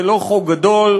זה לא חוק גדול,